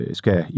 skal